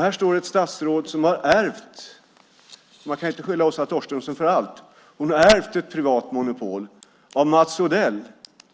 Här står ett statsråd som har ärvt - man kan inte skylla Åsa Torstensson för allt - ett privat monopol av Mats Odell,